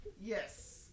Yes